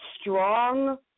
strong